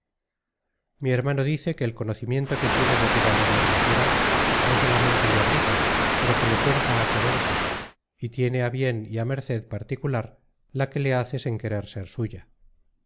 mi hermano dice que el conocimiento que tiene de tu valor y hermosura no solamente le obliga pero que le fuerza á quererte y tiene á bien y á merced particular la que le haces en querer ser suya